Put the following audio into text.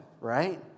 right